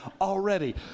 already